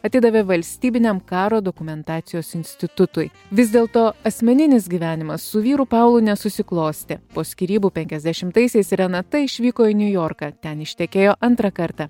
atidavė valstybiniam karo dokumentacijos institutui vis dėlto asmeninis gyvenimas su vyru paulu nesusiklostė po skyrybų penkiasdešimtaisiais renata išvyko į niujorką ten ištekėjo antrą kartą